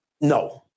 No